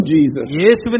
Jesus